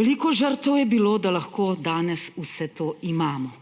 Veliko žrtev je bilo, da lahko danes vse to imamo.